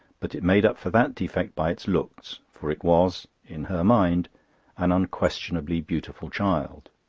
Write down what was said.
but it made up for that defect by its looks, for it was in her mind an unquestionably beautiful child.